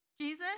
Jesus